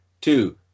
two